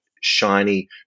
shiny